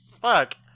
Fuck